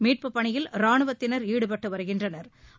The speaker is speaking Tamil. மீட்பு பணியில் ரானுவத்தினா் ஈடுபட்டுவருகின்றனா்